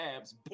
abs